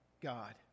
God